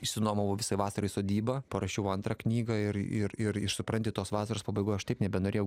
išsinuomojau visai vasarai sodybą parašiau antrą knygą ir ir ir iš supranti tos vasaros pabaigoj aš taip nebenorėjau